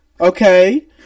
Okay